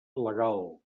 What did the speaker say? legal